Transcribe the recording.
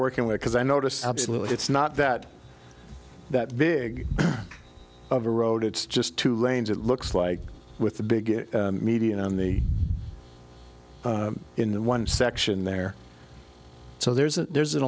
working with because i noticed absolutely it's not that that big of a road it's just two lanes it looks like with the big median on the in the one section there so there's a there's an